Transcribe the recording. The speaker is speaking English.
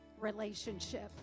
relationship